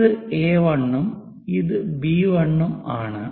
ഇത് A1 ഉം ഇത് B1 ഉം ആണ്